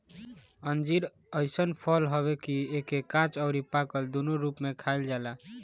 अंजीर अइसन फल हवे कि एके काच अउरी पाकल दूनो रूप में खाइल जाला